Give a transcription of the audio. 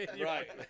right